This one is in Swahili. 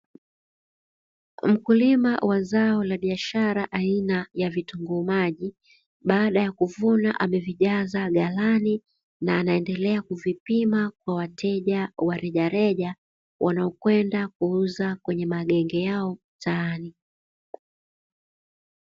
Mkulima wa zao la biashara aina ya vitunguu maji, baada ya kuvuna amevijaza ghalani na anaendelea kuvipima kwa wateja wa rejareja, wanaokwenda kuuza kwenye magenge yao mtaani.